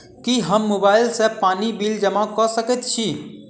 की हम मोबाइल सँ पानि बिल जमा कऽ सकैत छी?